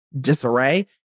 disarray